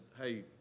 hey